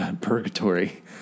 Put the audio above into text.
purgatory